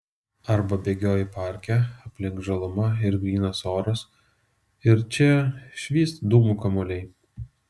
arba bėgioji parke aplink žaluma ir grynas oras ir čia švyst dūmų kamuoliai